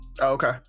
okay